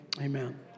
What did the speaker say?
Amen